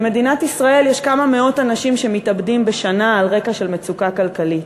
במדינת ישראל כמה מאות אנשים מתאבדים בשנה על רקע של מצוקה כלכלית.